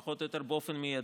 פחות או יותר באופן מיידי,